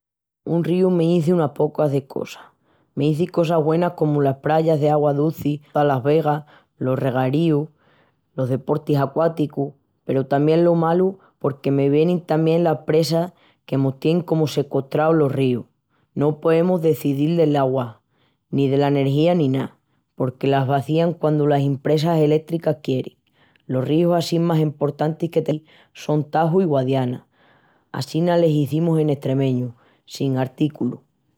Un ríu m'izi unas pocas de cosas. M'izi cosas güenas comu las prayas d'augua duci, las pozas, las vegas, los regueríus, los deportis acuáticus... peru tamién lo malu porque me vienin tamién las presas que mos tienin comu secostraus los ríus. Ni poemus decedil del augua, ni dela energía ni ná, porque los vazían quandu las impresas elétricas quierin. Los ríus assín más emportantis que tenemus paquí son Taju i Guadiana, assina les izimus en estremñu, sin artícalu.